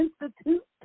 institute